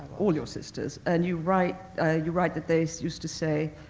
all your sisters, and you write you write that they used to say,